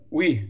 Oui